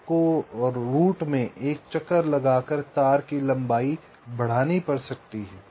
आपको रास्ते में एक चक्कर लगाकर तार की लंबाई बढ़ानी पड़ सकती है